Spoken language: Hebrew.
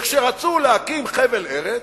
וכשרצו להקים חבל ארץ,